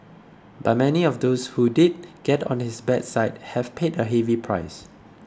but many of those who did get on his bad side have paid a heavy price